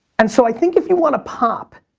and so i think if you wanna pop,